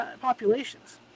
populations